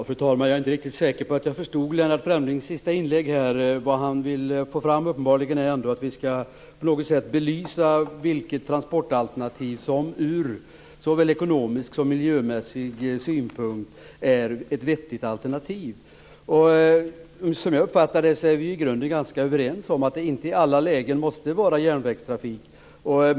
Fru talman! Jag är inte riktigt säker på att jag förstod Lennart Fremlings senaste inlägg. Vad han vill få fram är uppenbarligen att vi på något sätt skall belysa vilket transportalternativ som ur såväl ekonomisk som miljömässig synpunkt är det vettiga. Som jag uppfattar det är vi i grunden ganska överens om att det inte i alla lägen måste vara järnvägstrafik.